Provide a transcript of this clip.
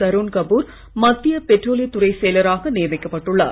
தருண் கபூர் மத்திய பெட்ரோலியத் துறைச் செயலராக நியமிக்கப்பட்டுள்ளார்